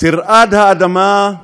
"תרעד האדמה",